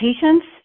patients